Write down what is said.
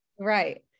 Right